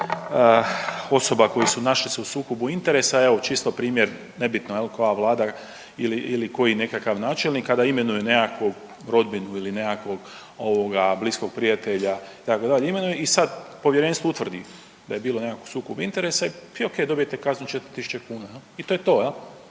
osoba koje su našli se u sukobu interesa, evo čisto primjer nebitno jel koja vlada ili, ili koji nekakav načelnik kada imenuje nekakvu rodbinu ili nekakvog ovoga bliskog prijatelja itd. imenuje i sad povjerenstvo utvrdi da je bilo nekakvog sukoba interesa i okej dobijete kaznu 4 tisuće kuna jel i to je to jel.